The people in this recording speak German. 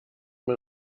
man